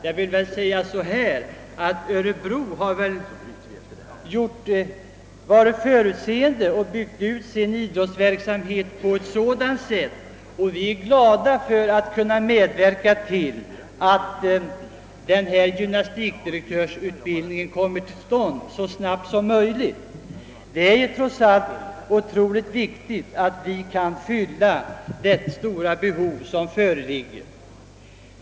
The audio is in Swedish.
Man har väl i Örebro varit förutseende när man byggt ut sin idrottsverksamhet på sådant sätt, och vi är glada för att kunna medverka till att denna gymnastikdirektörsutbildning kommer till stånd så snabbt som möjligt. Det är trots allt otroligt viktigt att vi kan fylla det stora behov som föreligger.